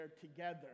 together